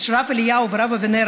הרב אליהו והרב אבינר,